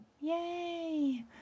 Yay